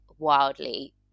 wildly